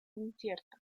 incierta